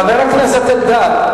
חבר הכנסת אלדד.